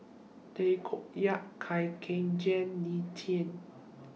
Tay Koh Yat Khoo Kay Hian Lee Tjin